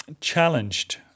challenged